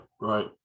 right